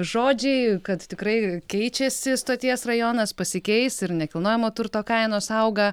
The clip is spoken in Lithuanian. žodžiai kad tikrai keičiasi stoties rajonas pasikeis ir nekilnojamo turto kainos auga